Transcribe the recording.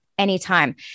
Anytime